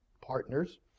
partners